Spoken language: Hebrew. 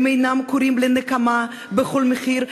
הם אינם קוראים לנקמה בכל מחיר.